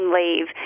leave